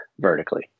Vertically